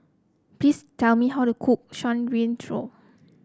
please tell me how to cook Shan Rui Tang